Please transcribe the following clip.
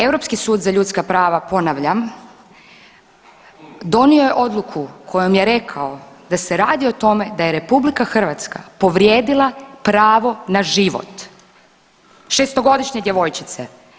Europski sud za ljudska prava ponavljam donio je odluku kojom je rekao da se radi o tome da je RH povrijedila pravo na život 6-godišnje djevojčice.